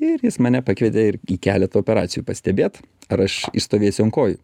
ir jis mane pakvietė ir į keletą operacijų pastebėt ar aš išstovėsiu ant kojų